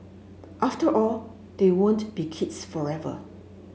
after all they won't be kids forever